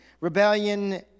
rebellion